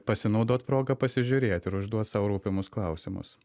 pasinaudot proga pasižiūrėt ir užduot sau rūpimus klausimus